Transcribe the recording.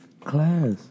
class